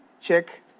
check